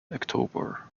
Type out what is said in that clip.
october